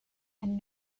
and